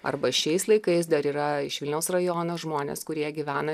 arba šiais laikais dar yra iš vilniaus rajono žmonės kurie gyvena